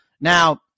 Now